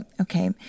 Okay